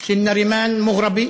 של נארימאן מוגרבי